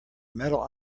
metal